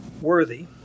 worthy